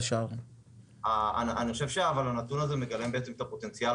אבל אני חושב שהנתון הזה מגלם את הפוטנציאל